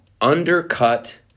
undercut